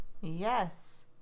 Yes